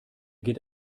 geht